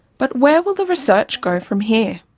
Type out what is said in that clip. but where will the research go from here?